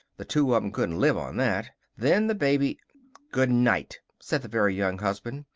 the two of em couldn't live on that. then the baby good night! said the very young husband.